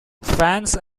fans